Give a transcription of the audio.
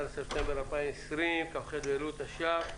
ה-14 בספטמבר 2020, כ"ה באלול התש"ף.